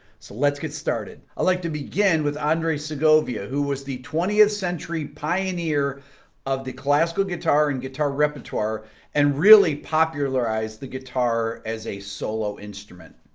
so let's get started i'd like to begin with andres segovia who was the twentieth century pioneer of the classical guitar and guitar repertoire and really popularized the guitar as a solo instrument